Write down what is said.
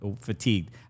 fatigued